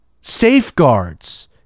safeguards